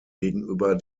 gegenüber